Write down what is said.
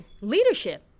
leadership